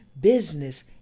business